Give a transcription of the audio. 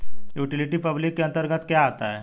Utility public के अंतर्गत क्या आता है?